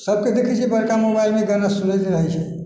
सबके देखै छिए बड़का मोबाइलमे गाना सुनैत रहै छै